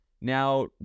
Now